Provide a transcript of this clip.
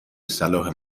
صلاح